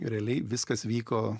realiai viskas vyko